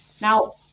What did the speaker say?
Now